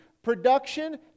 Production